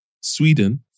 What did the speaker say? Sweden